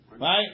Right